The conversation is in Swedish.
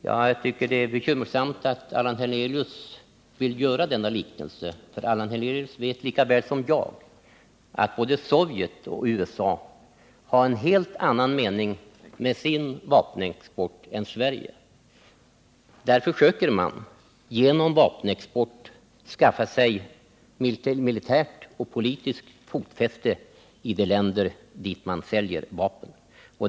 Jag tycker att det är bekymmersamt att Allan Hernelius vill göra denna jämförelse, för Allan Hernelius vet lika väl som jag att både Sovjet och USA haren helt annan mening med sin vapenexport än Sverige har med sin. Sovjet och USA försöker genom vapenexport skaffa sig militärt och politiskt fotfäste i de länder till vilka man säljer vapen.